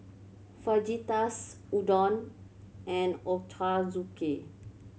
Fajitas Udon and Ochazuke